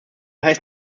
heißt